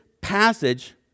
passage